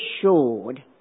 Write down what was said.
assured